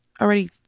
already